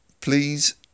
please